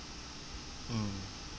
mm